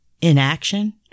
inaction